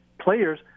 players